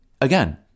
Again